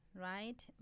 right